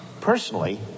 personally